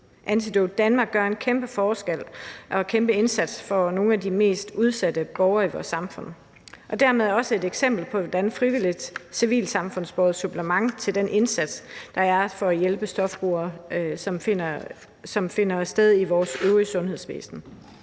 Antidote Danmark gør en kæmpe forskel og en kæmpe indsats for nogle af de mest udsatte borgere i vores samfund og er dermed også et eksempel på et frivilligt civilsamfundsbåret supplement til den indsats, der er for at hjælpe stofbrugere, som finder sted i vores øvrige sundhedsvæsen.